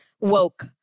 woke